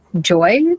joy